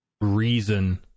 reason